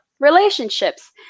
relationships